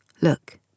Look